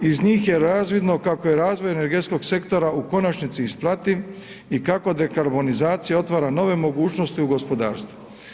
Iz njih je razvidno kako je razvoj energetskog sektora u konačnici isplativ i kako dekarbonizacija otvara nove mogućnosti u gospodarstvu.